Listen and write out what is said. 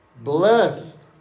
Blessed